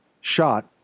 shot